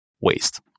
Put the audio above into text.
waste